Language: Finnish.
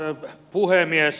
arvoisa puhemies